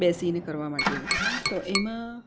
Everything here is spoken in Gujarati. બેસીને કરવા માટેનું તો એમાં